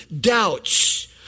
doubts